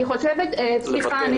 סליחה,